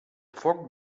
foc